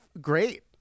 great